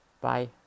Bye